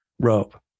Rope